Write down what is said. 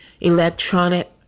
electronic